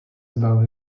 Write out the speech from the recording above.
about